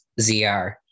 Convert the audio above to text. ZR